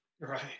Right